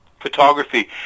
photography